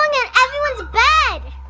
um yeah everyone's bed?